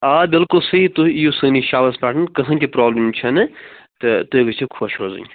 آ بِلکُل سُے تُہۍ یِیو سٲنِس شاپس پٮ۪ٹھ کٕہیٖنٛۍ تہِ پرٛابلِم چھےٚ نہٕ تہٕ تُہۍ گژھِو خۄش روزٕنۍ